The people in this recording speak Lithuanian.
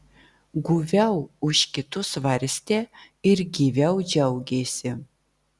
guviau už kitus svarstė ir gyviau džiaugėsi